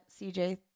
CJ